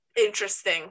interesting